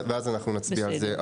ואז אנחנו נצביע על זה.